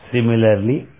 Similarly